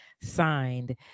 signed